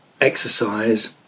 exercise